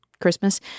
christmas